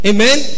Amen